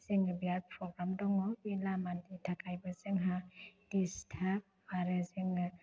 जोङो बेराद प्रग्राम दङ बे लामानि थाखायबो जोंहा दिस्थाब आरो जोङो